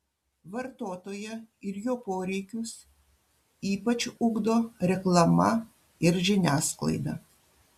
vartotoją ir jo poreikius ypač ugdo reklama ir žiniasklaida